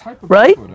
Right